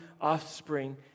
offspring